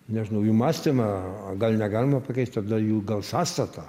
nežinau jų mąstymą gal negalima pakeist tada jų gal sąstatą